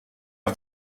for